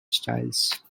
styles